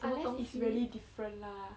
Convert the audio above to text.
unless it's really different lah